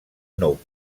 nou